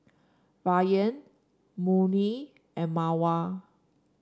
Rayyan Murni and Mawar